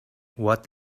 what